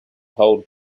hold